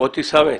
מוטי סמט.